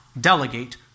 delegate